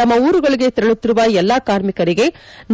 ತಮ್ಮ ಉರುಗಳಿಗೆ ತೆರಳುತ್ತಿರುವ ಎಲ್ಲ ಕಾರ್ಮಿಕರಿಗೆ